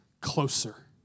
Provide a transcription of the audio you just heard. closer